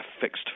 fixed